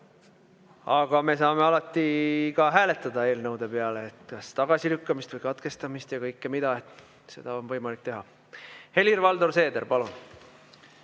Aga me saame alati hääletada eelnõude kas tagasilükkamist või katkestamist. Kõike seda on võimalik teha. Helir-Valdor Seeder, palun!